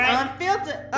unfiltered